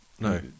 No